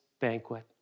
banquet